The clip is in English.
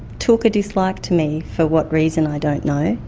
took a dislike to me, for what reason i don't know.